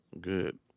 Good